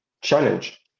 challenge